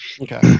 Okay